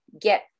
get